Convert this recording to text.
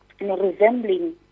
resembling